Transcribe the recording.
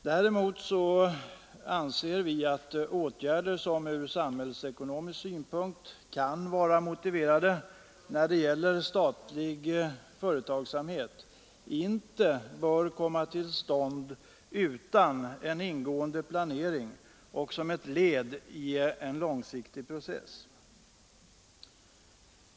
Däremot anser vi att åtgärder som från samhällsekonomisk synpunkt kan vara motiverade när det gäller statlig företagsamhet inte bör komma till stånd utan en ingående planering och som ett led i en långsiktig process.